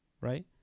right